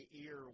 ear